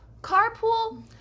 carpool